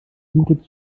suche